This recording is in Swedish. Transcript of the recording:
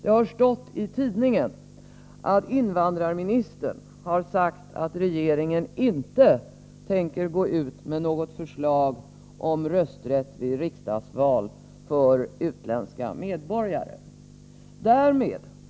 I tidningen har det stått att invandrarministern har sagt att regeringen inte tänker framlägga något förslag om rösträtt vid riksdagsval för utländska medborgare.